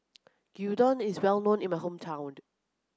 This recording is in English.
Gyudon is well known in my hometown